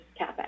CapEx